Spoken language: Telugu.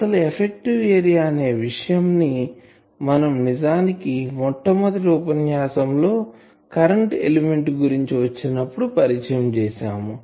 అసలు ఎఫెక్టివ్ ఏరియా అనే విషయం ని మనం నిజానికి మొట్టమొదటి ఉపన్యాసం లో కరెంటు ఎలిమెంట్ గురించి వచ్చినప్పుడు పరిచయం చేసాము